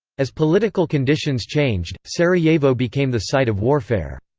as political conditions changed, sarajevo became the site of warfare.